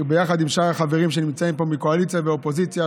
ביחד עם שאר החברים שנמצאים פה מהקואליציה ומהאופוזיציה,